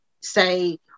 say